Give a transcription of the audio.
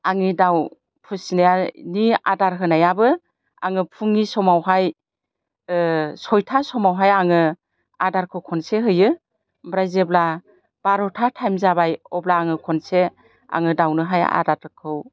आंनि दाउ फिसिनायानि आदार होनायाबो आङो फुंनि समावहाय सयथा समावहाय आङो आदारखौ खनसे होयो ओमफ्राय जेब्ला बार'था टाइम जाबाय अब्ला आङो खनसे आङो दाउनोहाय आदारखौ